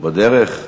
הוא בדרך.